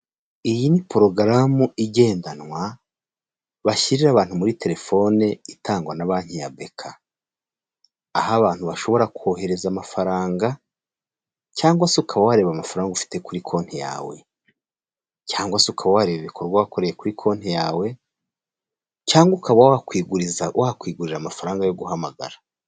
Iyi ni porogaramu igendanwa bashyirira abantu muri telefone itangwa na banki ya beka, aho abantu bashobora kohereza amafaranga cyangwa se ukaba wareba amafaranga ufite kuri konti yawe, cyangwa se ukaba wareba ibikorwa wakoreye kuri konti yawe, cyangwa ukaba wakwiguriza wakwigurira amafaranga yo guhamagara.